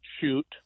shoot